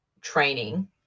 training